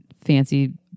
fancy